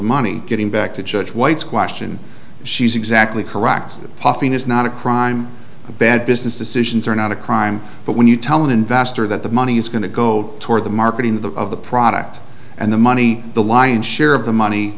money getting back to judge white's question she's exactly correct puffing is not a crime a bad business decisions are not a crime but when you tell an investor that the money is going to go toward the marketing of the of the product and the money the lion's share of the money